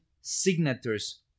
signatures